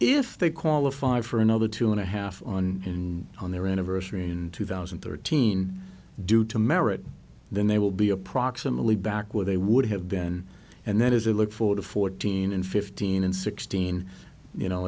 if they qualify for another two and a half on and on their anniversary and two thousand and thirteen due to merit then they will be approximately back where they would have been and that is a look for the fourteen and fifteen and sixteen you know